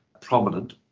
prominent